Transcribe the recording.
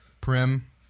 Prim